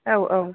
औ औ